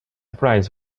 prize